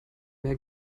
mehr